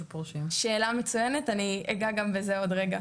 אנחנו יודעים מה גורם,